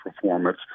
performance